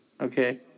Okay